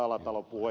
alatalo puhui